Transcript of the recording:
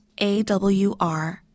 AWR